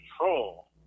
control